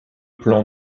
plan